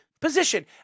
position